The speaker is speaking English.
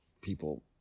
people